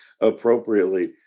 appropriately